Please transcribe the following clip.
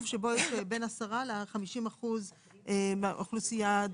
שבו יש בין 10%-50% מהאוכלוסייה הדרוזית.